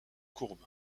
courbe